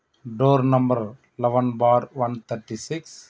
door number eleven bar one thirty six